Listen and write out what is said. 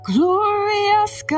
Glorious